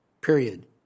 period